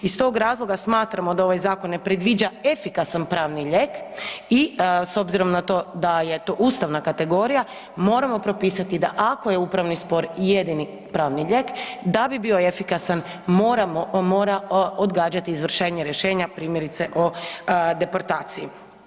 Iz tog razloga smatramo da ovaj zakon ne predviđa efikasan pravni lijek i s obzirom na to da je to ustavna kategorija, moramo propisati da ako je upravni spor jedini pravni lijek, da bi bio efikasan, on mora odgađati izvršenje rješenja, primjerice o deportaciji.